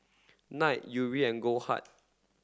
Knight Yuri and Goldheart